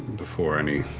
before anything